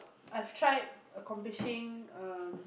I've tried accomplishing um